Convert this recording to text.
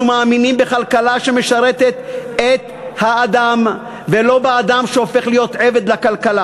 אנחנו מאמינים בכלכלה שמשרתת את האדם ולא באדם שהופך להיות עבד לכלכלה.